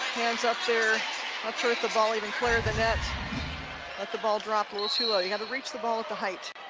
hands up there not sure if the ball even cleared the net let the ball drop a little too late you got to reach the ball at the height.